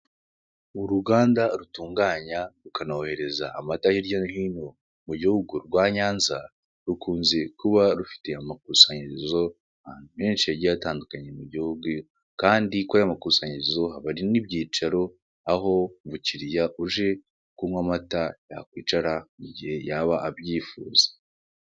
Uruganda rutunganya rukanohereza amata hirya no hino mu gihugu rwa Nyanza, rukunze kuba rufite amakusanyirizo menshi yagiye atandukanye mu gihugu kandi kuri ayo makusanyirizo, hari n'ibyicaro aho umukiriya uje kunywa amata yakwicara mu gihe yaba abyifuza.